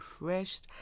refreshed